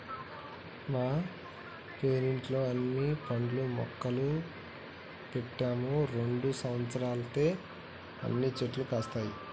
మా పెరట్లో అన్ని పండ్ల మొక్కలు పెట్టాము రెండు సంవత్సరాలైతే అన్ని చెట్లు కాస్తాయి